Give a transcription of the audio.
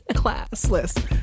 classless